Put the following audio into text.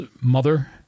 mother